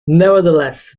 nevertheless